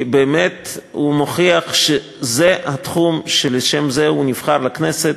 כי הוא באמת מוכיח שזה התחום שלשמו הוא נבחר לכנסת,